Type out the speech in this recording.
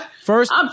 First